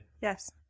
Yes